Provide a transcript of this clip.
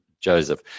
Joseph